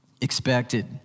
expected